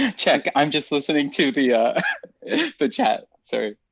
ah check. i'm just listening to the ah but chat. sorry.